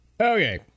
Okay